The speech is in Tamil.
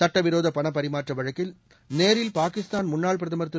சுட்டவிரோதபணப்பரிமாற்றவழக்கில் நேரில் பாகிஸ்தான் முன்னாள் பிரதமர் திரு